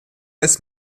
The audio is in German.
ist